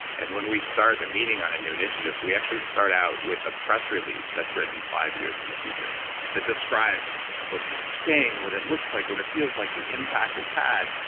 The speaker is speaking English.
and when we start a meeting on a new initiative, we actually start out with a press release that's written five years in the future that describes what people are saying, what it looks like, what it feels like, the impact it's had.